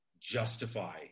justify